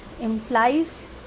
implies